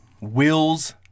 Wills